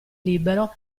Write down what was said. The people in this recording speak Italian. libero